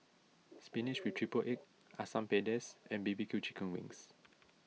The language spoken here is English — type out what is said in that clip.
Spinach with Triple Egg Ssam Pedas and B B Q Chicken Wings